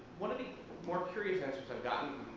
one of the more curious answers i've gotten,